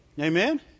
Amen